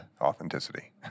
authenticity